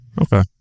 Okay